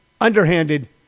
underhanded